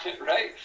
right